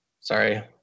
sorry